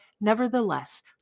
Nevertheless